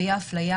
והיא ההפליה